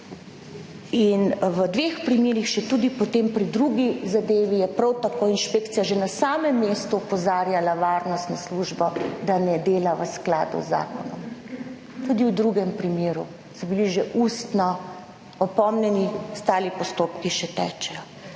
in v dveh primerih, še tudi potem pri drugi zadevi je prav tako inšpekcija že na samem mestu opozarjala varnostno službo, da ne dela v skladu z zakonom. Tudi v drugem primeru, so bili že ustno opomnjeni, ostali postopki še tečejo.